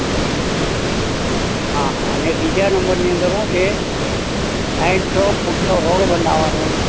હા હા અને બીજા નંબરની અંદર શું છે સાઈઠ ફૂટનો રોડ બનાવવાનો